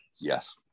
Yes